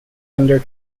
under